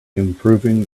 improving